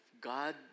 God